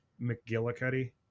McGillicuddy